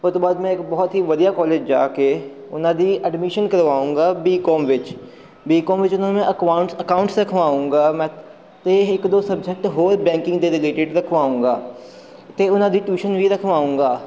ਉਸ ਤੋਂ ਬਾਅਦ ਮੈਂ ਇੱਕ ਬਹੁਤ ਹੀ ਵਧੀਆ ਕੋਲਜ ਜਾ ਕੇ ਉਹਨਾਂ ਦੀ ਐਡਮਿਸ਼ਨ ਕਰਵਾਊਂਗਾ ਬੀ ਕੌਮ ਵਿੱਚ ਬੀ ਕੌਮ ਵਿੱਚ ਉਹਨਾਂ ਨੂੰ ਮੈਂ ਅਖਵਾਂਟ ਅਕਾਊਂਟਸ ਰਖਵਾਊਂਗਾ ਮੈਂ ਅਤੇ ਇਹ ਇੱਕ ਦੋ ਸਬਜੈਕਟ ਹੋਰ ਬੈਂਕਿੰਗ ਦੇ ਰਿਲੇਟਿਡ ਰਖਵਾਉਂਗਾ ਅਤੇ ਉਹਨਾਂ ਦੀ ਟਿਊਸ਼ਨ ਵੀ ਰਖਵਾਉਂਗਾ